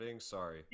sorry